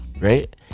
right